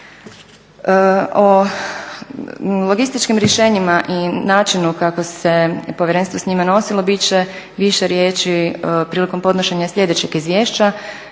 O logističkim rješenjima i načinu kako se povjerenstvo s njima nosilo bit će više riječi prilikom podnošenja sljedećeg izvješća.